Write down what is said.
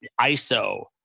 ISO